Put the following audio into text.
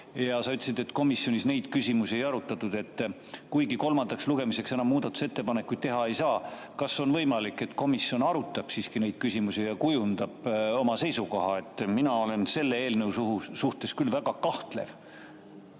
ka. Sa ütlesid, et komisjonis neid küsimusi ei arutatud. Kuigi kolmandaks lugemiseks muudatusettepanekuid teha ei saa, kas on võimalik, et komisjon arutab siiski neid küsimusi ja kujundab oma seisukoha? Mina olen selle eelnõu suhtes küll väga kahtlev,